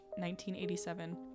1987